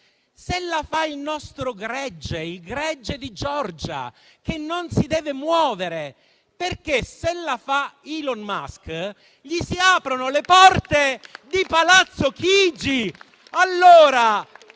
se la fa il nostro gregge, il gregge di Giorgia, che non si deve muovere. Infatti, se la fa Elon Musk, gli si aprono le porte di Palazzo Chigi.